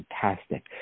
fantastic